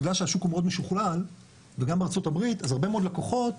בגלל שהשוק הוא מאוד משוכלל וגם בארצות הברית אז הרבה מאוד לקוחות